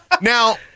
now